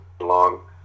long